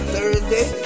Thursday